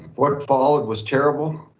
what followed was terrible.